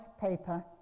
paper